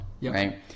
right